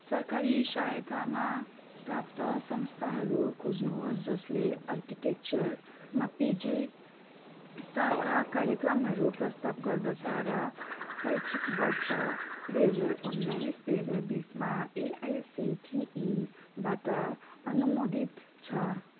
सरकारी सहायतामा प्राप्त संस्थाहरू खोज्नुहोस् जसले आर्किटेक्चरमा पिजीस्तरका कार्यक्रमहरू प्रस्ताव गर्दछ र शैक्षिक वर्ष दुई हजार उनाइस दुई हजार बिसमा एआइसिटिईबाट अनुमोदित छ